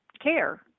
care